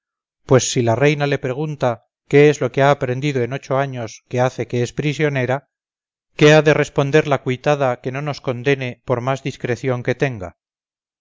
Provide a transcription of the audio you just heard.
pues si la reina le pregunta qué es lo que ha aprendido en ocho años que hace que es prisionera qué ha de responder la cuitada que no nos condene por más discreción que tenga